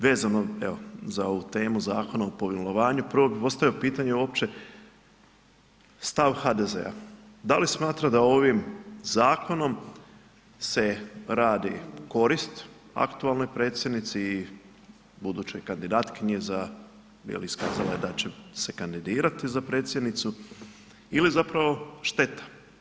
Vezano za ovu temu Zakon o pomilovanju prvo bi postavio pitanje uopće, stav HDZ-a, da li smatra da ovim zakonom se radi korist aktualnoj predsjednici i budućoj kandidatkinji za jer iskazala je da će se kandidirati za predsjednicu ili zapravo šteta?